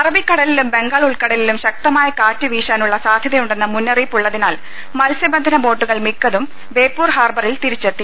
അറബി കടലിലും ബംഗാൾ ഉൾക്കടലിലും ശക്തമായ കാറ്റ് വീശാനുള്ള സാധ്യതയുണ്ടെന്ന മുന്നറിയിപ്പ് ഉള്ളതിനാൽ മത്സ്യബന്ധന് ബോട്ടുകൾ മിക്കതും ബേപ്പൂർ ഹാർബറിൽ തിരിച്ചെത്തി